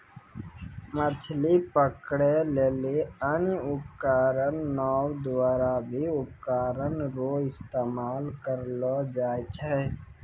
मछली पकड़ै लेली अन्य उपकरण नांव द्वारा भी उपकरण रो इस्तेमाल करलो जाय छै